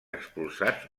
expulsats